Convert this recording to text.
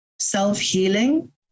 self-healing